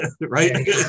right